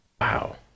wow